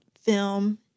film